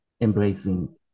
embracing